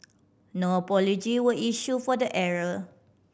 no apology were issue for the error